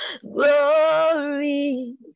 glory